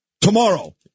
Tomorrow